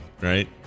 right